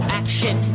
action